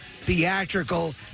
theatrical